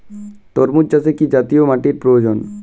তরমুজ চাষে কি জাতীয় মাটির প্রয়োজন?